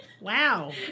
Wow